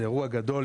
זהו אירוע גדול,